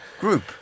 group